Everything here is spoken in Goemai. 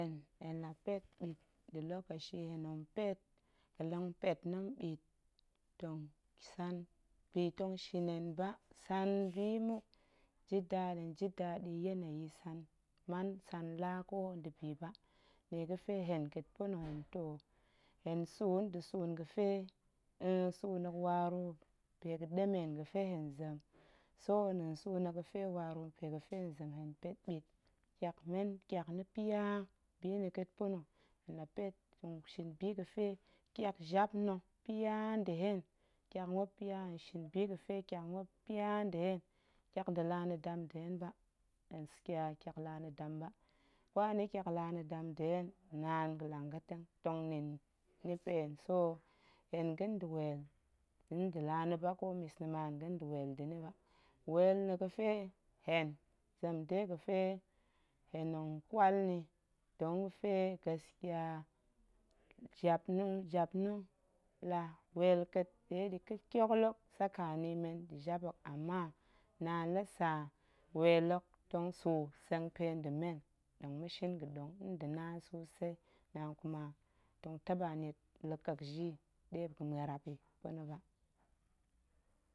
Hen la pet mɓit, nda̱ lokeci hen tong pet ga̱long pet na̱ mɓit bi tong shin hen ba san bi muk hen jidaɗi yeneyi san man san la ƙo nda̱bi ba nnie ga̱pe hen ƙa̱a̱t pa̱na̱ hen too hen tsuun nda̱ tsuun ga̱fe nnn tsuun hok waru pe ga̱ɗemen ga̱pe hen zem so nɗa̱a̱n tsuun na̱ ga̱fe waru mpe ga̱pe hen zem, hen pet mɓit tyak na̱ pya bina̱ pa̱na̱ ƙa̱a̱t, hen la pet hen shin bi ga̱fe tyak jap na̱ pya nda̱ hen tyak muop pya hen shin bi ga̱pe tyak muop pya nda̱ hen tyak jap na̱ dam nda̱ hen, gaskiya tyak laa na̱ dam nda̱ hen ba, ƙwal hen ni tyak laa na̱ dam nda̱ hen, naan ga̱lang ga̱teng tong nin ni pa̱ hen, so hen ga̱n nda̱ weel nda̱ nda̱ laa na̱ ba ƙo mis na̱ ma hen ga̱n nda̱ weel nda̱ ni ba, weel na̱ ga̱fe hen zem de ga̱fe hen tong ƙwal nni dong ga̱fe gaskiya jap na̱ la weel nɗe ƙa̱a̱t tyoklok sakani men ndạ jap hok, ama naan la sa weel hok tong suu sengpe nda̱ men tong ma̱shin ga̱ɗong nda̱ naan suu sai naan, kuma tong taɓa niet la̱ƙek ji ɗe muop ga̱ muarap yi pa̱ ba.